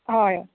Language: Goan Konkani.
हय